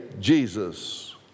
Jesus